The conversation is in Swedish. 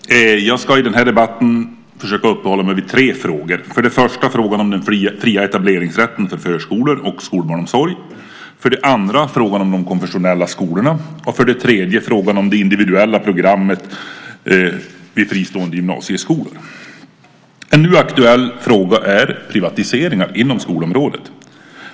Fru talman! Jag ska i den här debatten försöka uppehålla mig vid tre frågor. För det första frågan om den fria etableringsrätten för förskolor och skolbarnsomsorg, för det andra frågan om de konfessionella skolorna och för det tredje frågan om det individuella programmet vid fristående gymnasieskolor. En nu aktuell fråga är privatiseringar inom skolområdet.